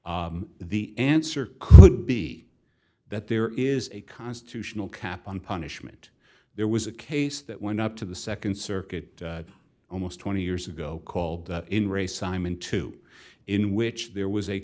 the answer could be that there is a constitutional cap on punishment there was a case that went up to the nd circuit almost twenty years ago called in re simon two in which there was a